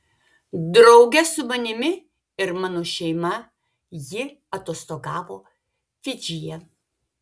drauge su manimi ir mano šeima ji atostogavo fidžyje